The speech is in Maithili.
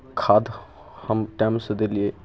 खाद हम टाइमसँ देलियै